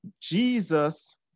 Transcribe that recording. Jesus